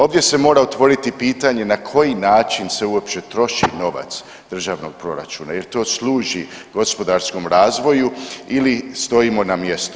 Ovdje se mora otvoriti pitanje na koji način se uopće troši novac državnog proračuna jer to služi gospodarskom razvoju ili stojimo na mjestu.